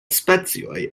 specioj